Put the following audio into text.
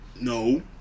No